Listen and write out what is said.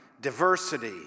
diversity